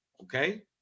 Okay